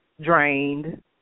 drained